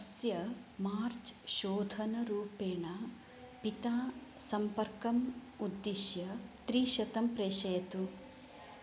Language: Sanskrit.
अस्य मार्च् शोधनरुपेण पिता सम्पर्कम् उद्दिश्य त्रिशतं प्रेषयतु